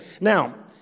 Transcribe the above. now